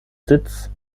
sitz